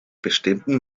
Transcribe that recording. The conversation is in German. bestimmten